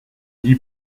dis